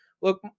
Look